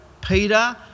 Peter